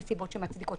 מחייבת נסיבות שמצדיקות.